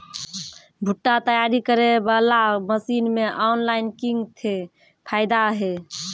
भुट्टा तैयारी करें बाला मसीन मे ऑनलाइन किंग थे फायदा हे?